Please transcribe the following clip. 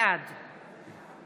בעד